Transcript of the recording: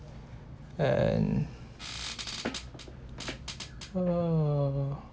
and uh